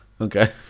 Okay